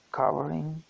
covering